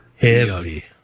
Heavy